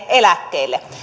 eläkkeelle